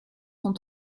sont